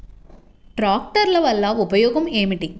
ట్రాక్టర్ల వల్ల ఉపయోగం ఏమిటీ?